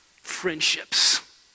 friendships